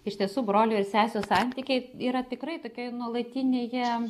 iš tiesų brolių ir sesių santykiai yra tikrai tokioj nuolatinėje